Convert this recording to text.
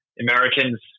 Americans